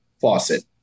faucet